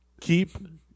Keep